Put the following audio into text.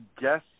guess